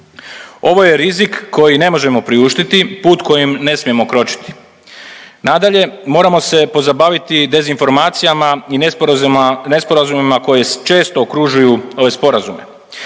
Ovo je rizik koji ne možemo priuštiti, put kojim ne smijemo kročiti. Nadalje, moramo se pozabaviti dezinformacijama i nesporazuma koji često okružuju ove sporazume.